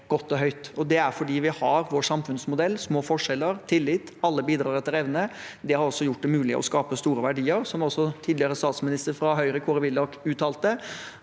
godt og høyt. Det er fordi vi har vår samfunnsmodell – små forskjeller, tillit, alle bidrar etter evne. Det har også gjort det mulig å skape store verdier. Som også tidligere statsminister fra Høyre, Kåre Willoch, uttalte: